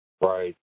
Right